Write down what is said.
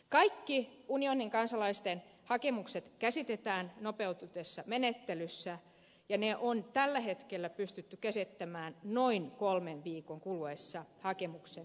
kaikki unionin kansalaisten hakemukset käsitellään nopeutetussa menettelyssä ja ne on tällä hetkellä pystytty käsittelemään noin kolmen viikon kuluessa hakemuksen jättämisestä